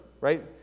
right